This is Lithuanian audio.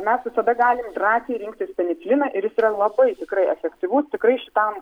mes visada galim drąsiai rinktis peniciliną ir jis yra labai tikrai efektyvus tikrai šitam